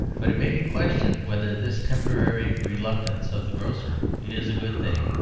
but it may be questioned whether this temporary reluctance of the grocer is a good thing,